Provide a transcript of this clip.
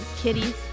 Kitties